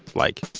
like,